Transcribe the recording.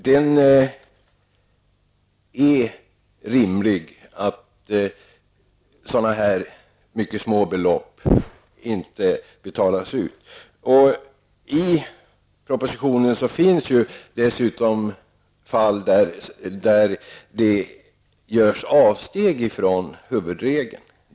Det är rimligt att sådana här mycket små belopp inte betalas ut. I propositionen berörs dessutom fall då det görs avsteg från huvudregeln.